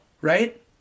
right